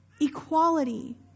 equality